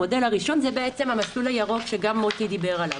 המודל הראשון הוא המסלול הירוק שגם מוטי דיבר עליו,